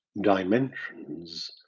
Dimensions